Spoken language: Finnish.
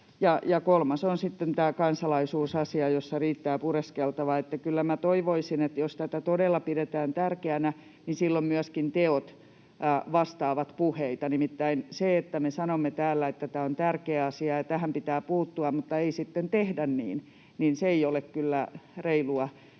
tämä kansalaisuusasia, jossa riittää pureskeltavaa. Että kyllä minä toivoisin, että jos tätä todella pidetään tärkeänä, niin silloin myöskin teot vastaavat puheita. Nimittäin se, että me sanomme täällä, että tämä on tärkeä asia ja tähän pitää puuttua, mutta ei sitten tehdä niin, ei ole kyllä reilua,